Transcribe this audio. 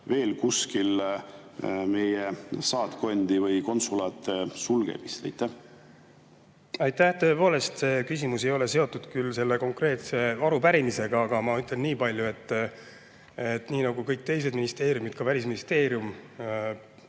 veel kuskil meie saatkonna või konsulaadi sulgemist? Aitäh! Tõepoolest, see küsimus ei ole seotud küll selle konkreetse arupärimisega, aga ma ütlen niipalju, et nii nagu kõik teised ministeeriumid, ka Välisministeerium